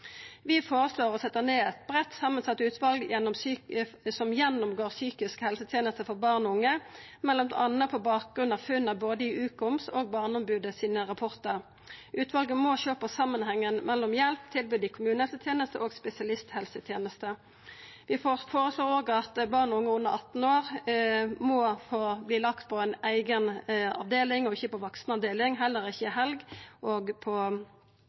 Vi føreslår å setja ned eit breitt samansett utval som gjennomgår psykisk helseteneste for barn og unge, m.a. på bakgrunn av funn i både Ukoms og Barneombodets rapportar. Utvalet må sjå på samanhengen mellom hjelp, tilbod i kommunehelsetenesta og spesialisthelsetenesta. Vi føreslår òg at barn og unge under 18 år må få verta lagde på ei eiga avdeling og ikkje på vaksenavdeling, heller ikkje helg